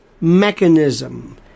mechanism